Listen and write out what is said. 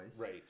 right